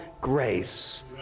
grace